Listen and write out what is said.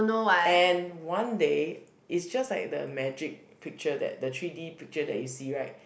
and one day is just like the magic picture that the three D picture that you see right